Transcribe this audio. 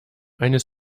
eine